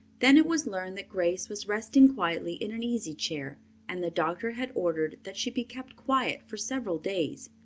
then it was learned that grace was resting quietly in an easy chair and the doctor had ordered that she be kept quiet for several days.